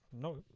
No